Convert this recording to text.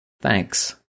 Thanks